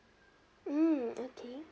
mm okay